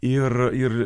ir ir